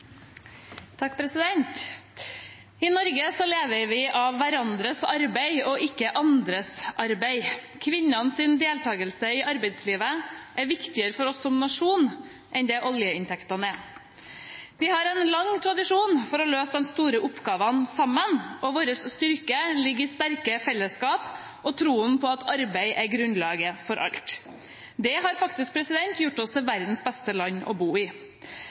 I Norge lever vi av hverandres arbeid og ikke andres arbeid. Kvinnenes deltakelse i arbeidslivet er viktigere for oss som nasjon enn det oljeinntektene er. Vi har en lang tradisjon for å løse de store oppgavene sammen, og vår styrke ligger i sterke fellesskap og troen på at arbeid er grunnlaget for alt. Det har faktisk gjort oss til verdens beste land å bo i.